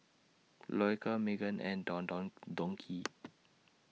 Loacker Megan and Don Don Donki